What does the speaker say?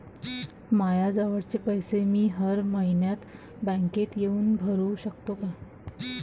मायाजवळचे पैसे मी हर मइन्यात बँकेत येऊन भरू सकतो का?